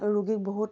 আৰু ৰোগীক বহুত